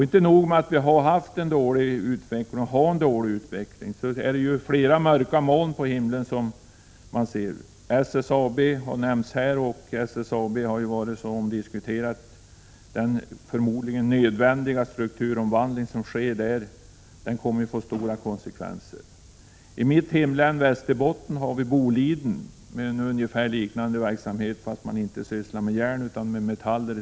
Inte nog med att vi har haft och har en dålig utveckling, utan vi ser nu också flera mörka moln på himlen. SSAB har nämnts här och har varit mycket omdiskuterat. Den förmodligen nödvändiga strukturomvandling som sker där kommer att få stora konsekvenser. I mitt hemlän, Västerbottens län, har vi Boliden AB med ungefär liknande verksamhet men där man inte sysslar med järn utan med metaller.